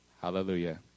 Hallelujah